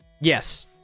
Yes